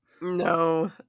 no